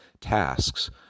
tasks